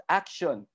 action